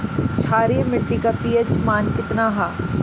क्षारीय मीट्टी का पी.एच मान कितना ह?